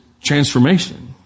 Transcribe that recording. transformation